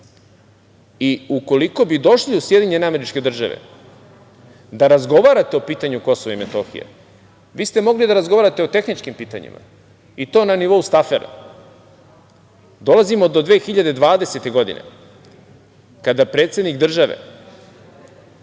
takođe. Ukoliko bi došli u SAD da razgovarate o pitanju Kosova i Metohije, vi ste mogli da razgovarate o tehničkim pitanjima i to na nivou Stafera. Dolazimo do 2020. godine, kada predsednik države